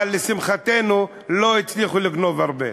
אבל לשמחתנו, לא הצליחו לגנוב הרבה.